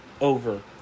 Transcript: over